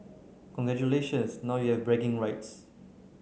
congratulations now you have bragging rights